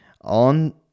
On